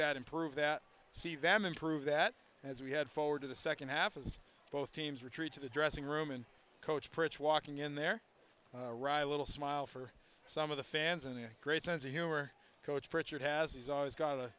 that improve that see them improve that as we head forward to the second half as both teams retreat to the dressing room and coach prince walking in there ry little smile for some of the fans and a great sense of humor coach pritchard has always got a